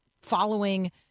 following